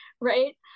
right